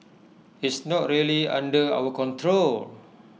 it's not really under our control